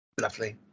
lovely